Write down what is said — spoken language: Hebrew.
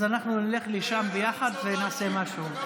אז אנחנו נלך לשם ביחד ונעשה משהו.